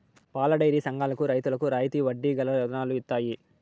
పాలడైరీ సంఘాలకు రైతులకు రాయితీ వడ్డీ గల రుణాలు ఇత్తయి